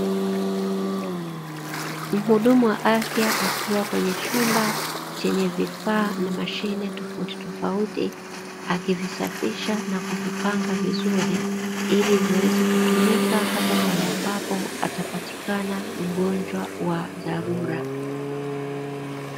Muhudumu wa afya akiwa kwenye chumba chenye vifaa na mashine tofautitofauti, akizisafisha na kuvipanga vizuri ili viweze kutumika hasa pale ambapo atapatikana mgonjwa wa dharura.